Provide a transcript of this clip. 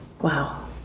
Wow